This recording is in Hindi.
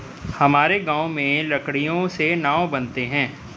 हमारे गांव में लकड़ियों से नाव बनते हैं